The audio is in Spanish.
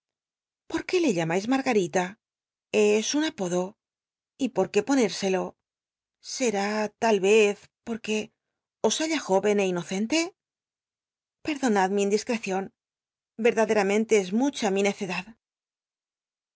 por qué le llamais latgaita es un apodo y por qué ponérselo scr i tal rez porc ue os halla ió en é inocente perdonad mi indiscecion verdaderamente es mucha mi neccclad